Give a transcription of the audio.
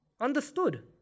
understood